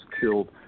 killed